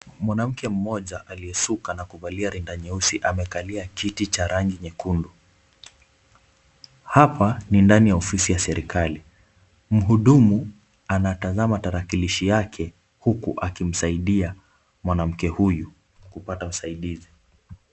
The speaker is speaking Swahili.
Mwanamke mmoja aliyesuka na kuvalia rinda nyeusi amekalia kiti cha rangi nyekundu. Hapa ni ndani ya ofisi ya serikali. Mhudumu anatazama tarakilishi yake huku akimsaidia mwanamke huyu kupata usaidizi.